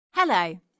Hello